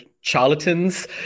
charlatans